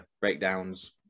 breakdowns